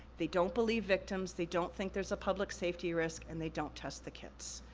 they don't believe victims, they don't think there's a public safety risk, and they don't test the kits.